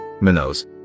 minnows